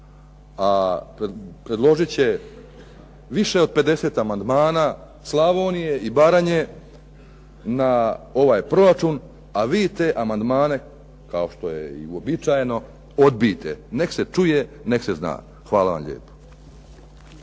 a predložit će više od 50 amandmana Slavonije i Baranje na ovaj proračun, a vi te amandmane kao što je i uobičajeno odbijte. Nek' se čuje, nek' se zna. Hvala vam lijepo.